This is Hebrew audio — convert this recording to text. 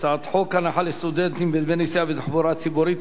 הצעת חוק הנחה לסטודנטים בדמי נסיעה בתחבורה ציבורית,